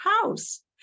house